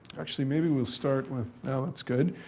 actually, maybe we'll start with no, that's good.